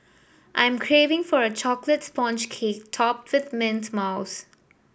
I am craving for a chocolate sponge cake topped with mint mousse